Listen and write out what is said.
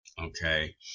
Okay